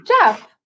Jeff